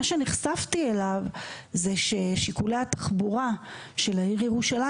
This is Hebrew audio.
מה שנחשפתי אליו זה ששיקולי התחבורה של העיר ירושלים